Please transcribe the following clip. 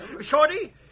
Shorty